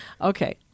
Okay